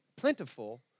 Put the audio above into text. plentiful